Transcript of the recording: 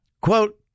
Quote